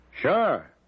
Sure